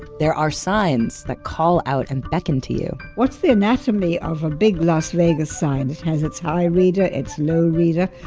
there are signs that call out and beckoned to you what's the anatomy of a big las vegas sign. it has it's high reader. it's low reader.